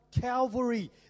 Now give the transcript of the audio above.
Calvary